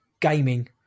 gaming